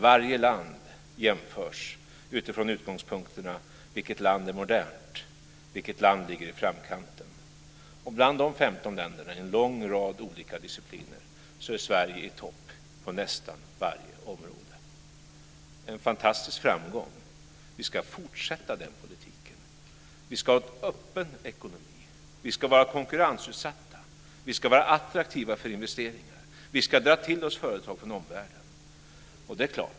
Varje land jämförs där utifrån utgångspunkterna vilket land som är modernt och vilket land som ligger i framkanten. Bland de 15 länderna och i en lång rad olika discipliner är Sverige i topp på nästan varje område. Det är en fantastisk framgång. Vi ska fortsätta med den politiken. Vi ska ha en öppen ekonomi. Vi ska vara konkurrensutsatta och vi ska vara attraktiva för investeringar. Vi ska dra till oss företag från omvärlden.